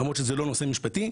למרות שזה לא נושא משפטי,